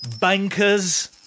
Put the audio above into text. bankers